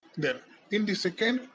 then in this second,